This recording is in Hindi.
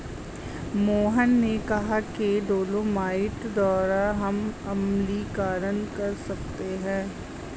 मोहन ने कहा कि डोलोमाइट द्वारा हम अम्लीकरण कर सकते हैं